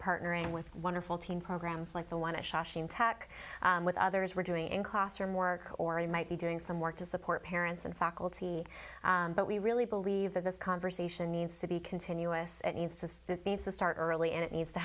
partnering with wonderful team programs like the want to attack with others we're doing in classroom work or it might be doing some work to support parents and faculty but we really believe that this conversation needs to be continuous and says this needs to start early and it needs to